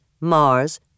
Mars